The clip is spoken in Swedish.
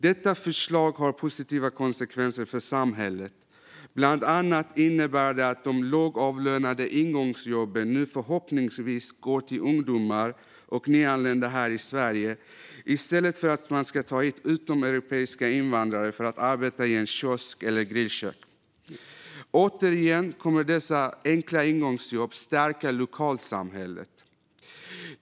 Detta förslag har positiva konsekvenser för samhället. Bland annat innebär det att de lågavlönade ingångsjobben nu förhoppningsvis går till ungdomar och nyanlända här i Sverige i stället för att man ska ta hit utomeuropeiska invandrare för att arbeta i en kiosk eller ett grillkök. Återigen kommer dessa enkla ingångsjobb att stärka lokalsamhället.